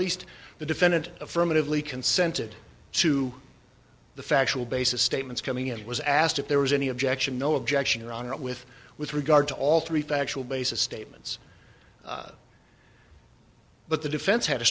least the defendant affirmatively consented to the factual basis statements coming in he was asked if there was any objection no objection your honor with with regard to all three factual basis statements but the defense had a